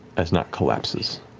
as nott collapses.